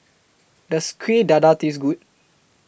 Does Kuih Dadar Taste Good